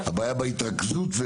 הבעיה בהתרכזות,